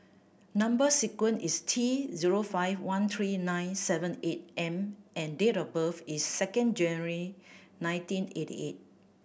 number sequence is T zero five one three nine seven eight M and date of birth is second January nineteen eighty eight